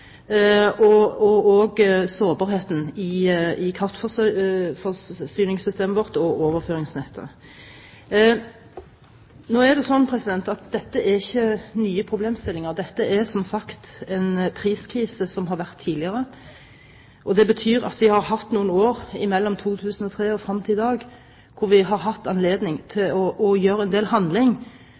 det og på sårbarheten i kraftforsyningssystemet og overføringsnettet vårt. Dette er ikke nye problemstillinger. Dette er som sagt en priskrise som har vært tidligere, og det betyr at vi har hatt noen år mellom 2003 og frem til i dag hvor vi har hatt anledning til å gjøre en del